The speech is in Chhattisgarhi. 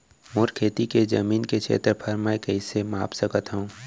मोर खेती के जमीन के क्षेत्रफल मैं कइसे माप सकत हो?